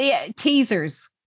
teasers